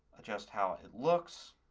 adjust how it it looks.